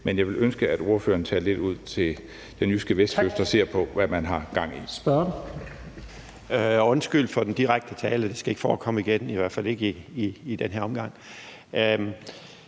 men jeg ville ønske, at ordføreren tog lidt ud til den jyske vestkyst og så på, hvad man har gang i.